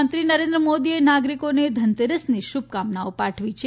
પ્રધાનમંત્રી નરેન્દ્ર મોદીએ નાગરિકોને ધનતેરસની શુભકામનાઓ પાઠવી છે